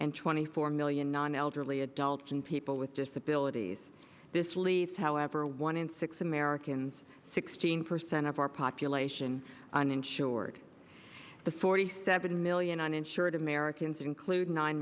and twenty four million non elderly adults and people with disabilities this leaves however one in six americans sixty percent of our population uninsured the forty seven million uninsured americans including nine